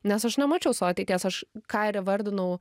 nes aš nemačiau savo ateities aš ką ir įvardinau